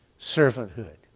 servanthood